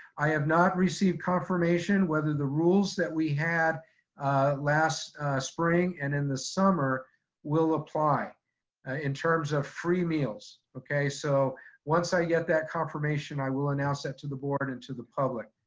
i have not received confirmation whether the rules that we had last spring and in the summer will apply in terms of free meals. okay? so once i get that confirmation i will announce that to the board and to the public.